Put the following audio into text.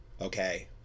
Okay